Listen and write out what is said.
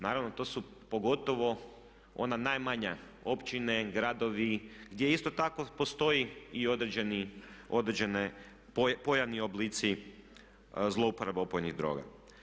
Naravno to su pogotovo one najmanje općine, gradovi, gdje isto tako postoje i određeni pojavni oblici zlouporabe opojnih droga.